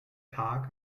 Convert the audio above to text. tag